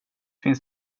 finns